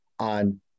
on